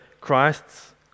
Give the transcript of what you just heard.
Christ's